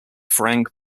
frank